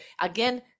again